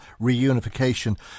reunification